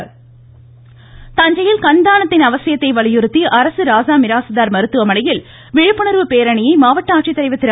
இருவரி தஞ்சையில் கண்தானத்தின் அவசியத்தை வலியுறுத்தி அரசு ராசா மிராசுதார் மருத்துவமனையில் விழிப்புணர்வு பேரணியை மாவட்ட ஆட்சித்தலைவர் திரு